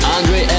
Andre